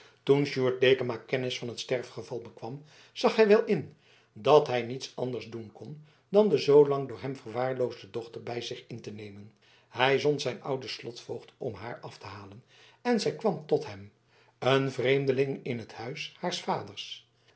toen sjoerd dekama kennis van het sterfgeval bekwam zag hij wel in dat hij niets anders doen kon dan de zoolang door hem verwaarloosde dochter bij zich in te nemen hij zond zijn ouden slotvoogd om haar af te halen en zij kwam tot hem een vreemdeling in het huis haars vaders